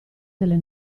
delle